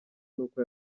n’uko